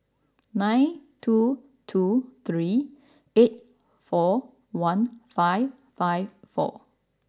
nine two two three eight four one five five four